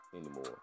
anymore